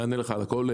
נענה לך על הכול.